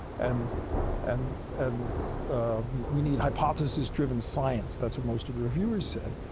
and and and we need hypothesis-driven science. that's what most of the reviewers said.